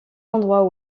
endroits